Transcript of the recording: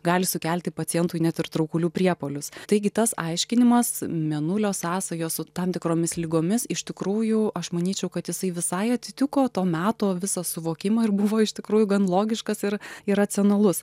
gali sukelti pacientui net ir traukulių priepuolius taigi tas aiškinimas mėnulio sąsajos su tam tikromis ligomis iš tikrųjų aš manyčiau kad jisai visai atitiko to meto visą suvokimą ir buvo iš tikrųjų gan logiškas ir ir racionalus